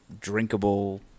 drinkable